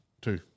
two